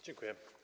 Dziękuję.